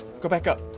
go back up.